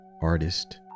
artist